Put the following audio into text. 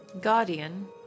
Guardian